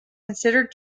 considered